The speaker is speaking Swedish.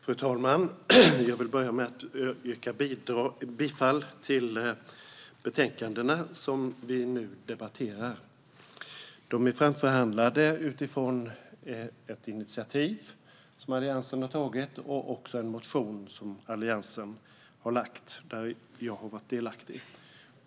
Fru talman! Jag vill börja med att yrka bifall till förslaget i det betänkande som vi nu debatterar. Det är framhandlat utifrån ett initiativ som Alliansen har tagit och en motion som Alliansen har lagt fram, där jag har varit delaktig.